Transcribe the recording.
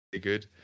good